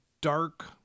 dark